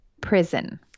prison